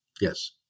Yes